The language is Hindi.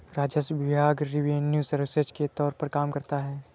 राजस्व विभाग रिवेन्यू सर्विसेज के तौर पर काम करता है